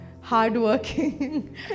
hardworking